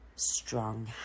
strong